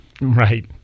right